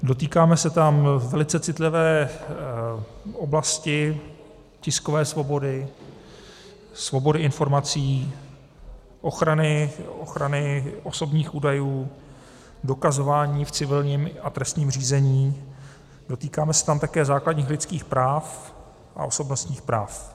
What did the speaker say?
Dotýkáme se tam velice citlivé oblasti tiskové svobody, svobody informací, ochrany osobních údajů, dokazování v civilním a trestním řízení, dotýkáme se tam také základních lidských práv a osobnostních práv.